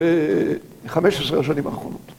‫ב-15 השנים האחרונות.